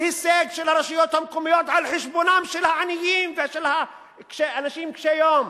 בהישג של הרשויות המקומיות על חשבונם של העניים ושל אנשים קשי-יום.